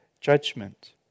judgment